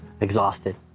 exhausted